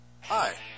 Hi